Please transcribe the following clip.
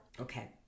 Okay